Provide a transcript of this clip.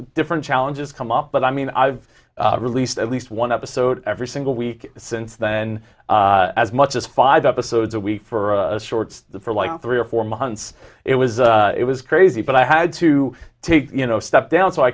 different challenges come up but i mean i've released at least one episode every single week since then as much as five episodes a week for shorts for like three or four months it was it was crazy but i had to take you know stuff down so i